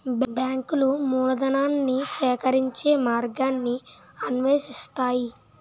బ్యాంకులు మూలధనాన్ని సేకరించే మార్గాన్ని అన్వేషిస్తాయి